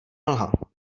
mlha